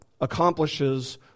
accomplishes